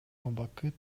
убакыт